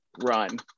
run